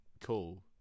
cool